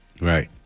right